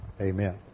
Amen